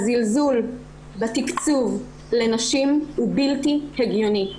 הזלזול בתקצוב לנשים הוא בלתי הגיוני.